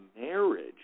marriage